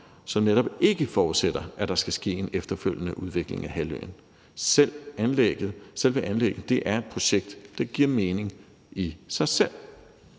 som netop ikke forudsætter, at der skal ske en efterfølgende udvikling af halvøen. Selve anlægget er et projekt, der giver mening i sig selv.